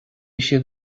siad